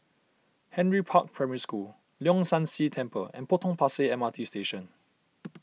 Henry Park Primary School Leong San See Temple and Potong Pasir M R T Station